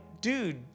dude